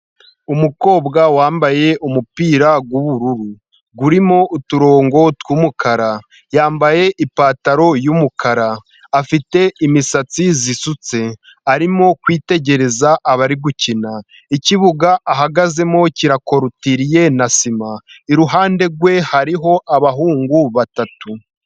Umukobwa wambaye umupira w'ubururu urimo uturongo tw'umukara, yambaye ipataro y'umukara afite imisatsi isutse, arimo kwitegereza abari gukina, ikibuga ahagazemo kirakurutiriye na sima, iruhande rwe hariho abahungu batatu.